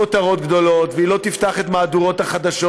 כותרות גדולות והיא לא תפתח את מהדורות החדשות,